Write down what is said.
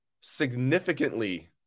significantly